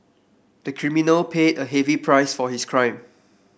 the criminal paid a heavy price for his crime